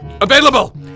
available